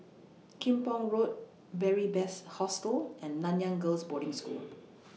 Kim Pong Road Beary Best Hostel and Nanyang Girls' Boarding School